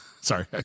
Sorry